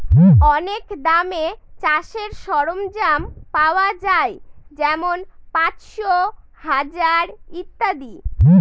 অনেক দামে চাষের সরঞ্জাম পাওয়া যাই যেমন পাঁচশো, হাজার ইত্যাদি